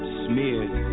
smeared